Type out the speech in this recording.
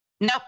nope